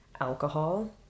alcohol